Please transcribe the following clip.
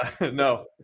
no